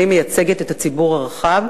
אני מייצגת את הציבור הרחב,